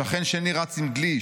שכן שני רץ עם דלי,